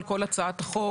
כל הצעת החוק,